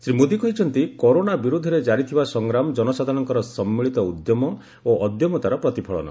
ଶ୍ରୀ ମୋଦୀ କହିଛନ୍ତି କରୋନା ବିରୋଧରେ ଜାରି ଥିବା ସଂଗ୍ରାମ ଜନସାଧାରଣଙ୍କର ସମ୍ମିଳିତ ଉଦ୍ୟମ ଓ ଅଦମ୍ୟତାର ପ୍ରତିଫଳନ